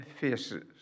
faces